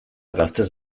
gaztez